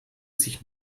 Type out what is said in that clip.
sich